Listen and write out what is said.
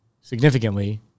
significantly